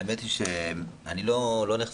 האמת היא שאני לא נחשפתי,